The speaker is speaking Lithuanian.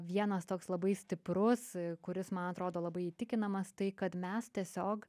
vienas toks labai stiprus kuris man atrodo labai įtikinamas tai kad mes tiesiog